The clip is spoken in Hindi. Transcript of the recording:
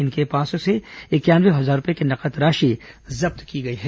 इनके पास से इंक्यानवे हजार रूपये की नगद राशि जब्त की गई है